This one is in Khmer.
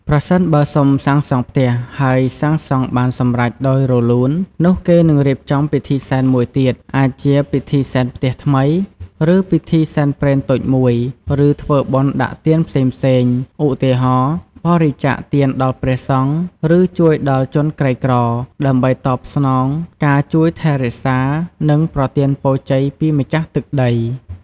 ប្រសិនបើសុំសាងសង់ផ្ទះ ហើយសាងសង់បានសម្រេចដោយរលូន នោះគេនឹងរៀបចំពិធីសែនមួយទៀត អាចជាពិធីសែនផ្ទះថ្មី ឬពិធីសែនព្រេនតូចមួយ ឬធ្វើបុណ្យដាក់ទានផ្សេងៗ ឧទាហរណ៍ បរិច្ចាគទានដល់ព្រះសង្ឃ ឬជួយដល់ជនក្រីក្រ ដើម្បីតបស្នងការជួយថែរក្សា និងប្រទានពរជ័យពីម្ចាស់ទឹកដី។